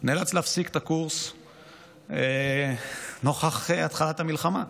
הוא נאלץ להפסיק את הקורס נוכח התחלת המלחמה.